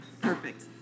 perfect